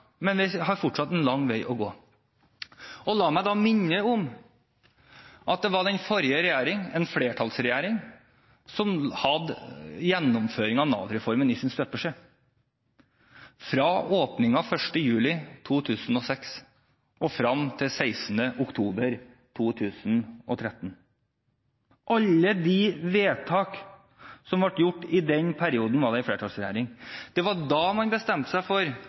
men vi har fortsatt en lang vei å gå. La meg minne om at det var den forrige regjeringen, en flertallsregjering, som gjennomførte Nav-reformen – der Nav var i støpeskjeen – fra starten 1. juli 2006 og frem til 16. oktober 2013. Alle vedtak i denne perioden ble fattet under en flertallsregjering. Det var da man bestemte seg for